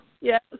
Yes